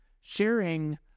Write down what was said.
sharing